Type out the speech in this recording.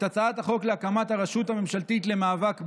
הצעת החוק להקמת הרשות הממשלתית למאבק בעוני.